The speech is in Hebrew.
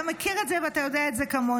אתה מכיר את זה ואתה יודע את זה כמוני.